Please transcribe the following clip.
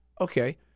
Okay